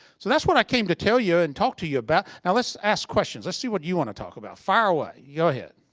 so that's what i came to tell you and talk to you about. now let's ask questions. let's see what you want to talk about. fire away. go ahead.